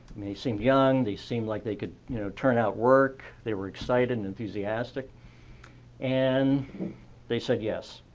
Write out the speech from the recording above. they seemed young. they seemed like they could, you know, turn out work. they were excited and enthusiastic and they said, yes.